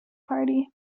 party